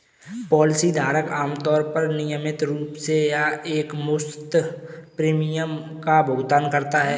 policy धारक आमतौर पर नियमित रूप से या एकमुश्त प्रीमियम का भुगतान करता है